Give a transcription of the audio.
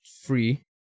free